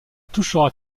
touchera